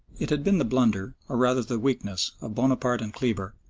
it had been the blunder, or rather the weakness, of bonaparte and kleber,